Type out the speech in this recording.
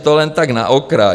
To jen tak na okraj.